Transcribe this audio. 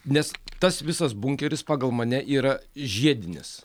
nes tas visas bunkeris pagal mane yra žiedinis